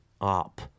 up